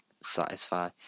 satisfy